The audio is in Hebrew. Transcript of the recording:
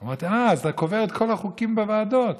אמרתי: אז אתה קובר את כל החוקים בוועדות.